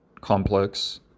complex